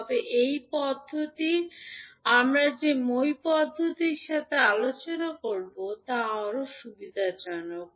তবে এই পদ্ধতির আমরা যে মই পদ্ধতির সাথে আলোচনা করব তা আরও সুবিধাজনক